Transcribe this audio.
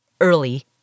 early